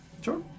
Sure